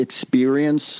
experience